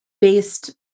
based